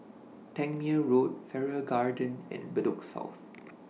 Tangmere Road Farrer Garden and Bedok South